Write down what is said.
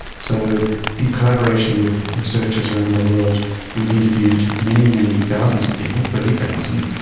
so in collaboration with researchers around the world we have interviewed many, many thousands of people, thirty thousand,